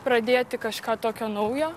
pradėti kažką tokio naujo